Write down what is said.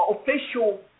official